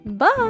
Bye